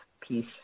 peace